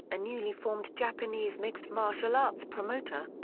a newly formed japanese mixed martial arts promoter.